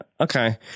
okay